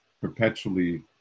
perpetually